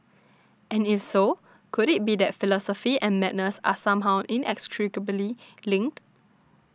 and if so could it be that philosophy and madness are somehow inextricably linked